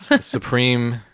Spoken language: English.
supreme